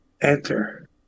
Enter